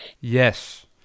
yes